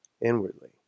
inwardly